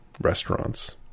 restaurants